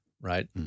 right